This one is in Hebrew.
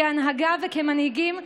כהנהגה וכמנהיגים,